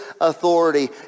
authority